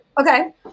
Okay